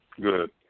Good